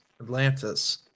Atlantis